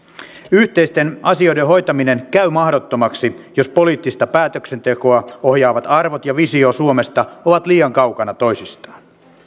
yhteisten asioiden hoitaminen käy mahdottomaksi jos poliittista päätöksentekoa ohjaavat arvot ja visio suomesta ovat liian kaukana toisistaan